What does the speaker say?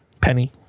Penny